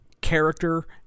character